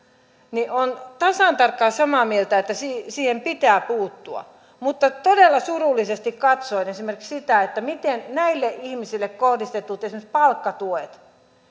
niin olen tasan tarkkaan samaa mieltä että siihen siihen pitää puuttua mutta todella surullisena katsoin esimerkiksi sitä miten näille ihmisille kohdistetut esimerkiksi palkkatuet